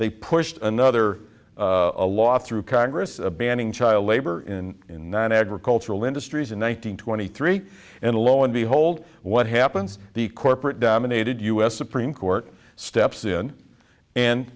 they pushed another a lot through congress banning child labor in in that agricultural industries in one nine hundred twenty three and lo and behold what happens the corporate dominated us supreme court steps in and